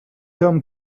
home